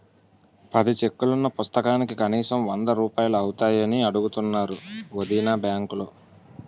పది చెక్కులున్న పుస్తకానికి కనీసం వందరూపాయలు అవుతాయని అడుగుతున్నారు వొదినా బాంకులో